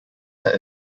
set